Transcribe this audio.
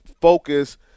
focus